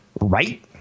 Right